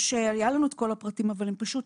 או שהיה לנו את כל הפרטים, אבל פשוט,